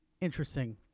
Interesting